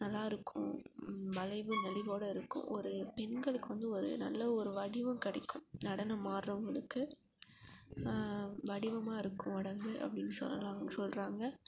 நல்லாயிருக்கும் வளைவு நெளிவோட இருக்கும் ஒரு பெண்களுக்கு வந்து ஒரு நல்ல ஒரு வடிவம் கிடைக்கும் நடனம் ஆடுறவுங்களுக்கு வடிவமாக இருக்கும் உடம்பு அப்படின்னு சொல்ல சொல்கிறாங்க